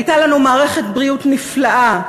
הייתה לנו מערכת בריאות נפלאה,